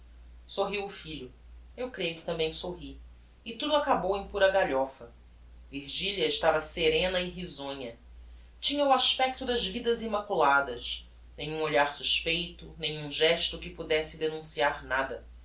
sorriu o filho eu creio quo tambem sorri e tudo acabou em pura galhofa virgilia estava serena e risonha tinha o aspecto das vidas immaculadas nenhum olhar suspeito nenhum gesto que pudesse denunciar nada